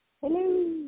Hello